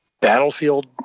battlefield